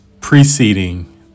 preceding